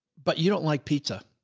but you don't like pizza.